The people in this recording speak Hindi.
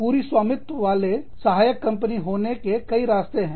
पूरी स्वामित्व वाली सहायक कंपनी होने के कई रास्ते हैं